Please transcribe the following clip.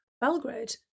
Belgrade